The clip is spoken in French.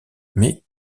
mais